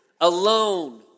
alone